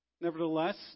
Nevertheless